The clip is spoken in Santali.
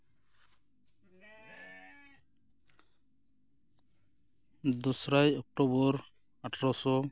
ᱫᱚᱥᱨᱟᱭ ᱚᱠᱴᱳᱵᱚᱨ ᱟᱴᱷᱨᱚ ᱥᱚ